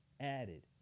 added